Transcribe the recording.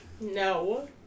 No